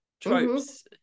tropes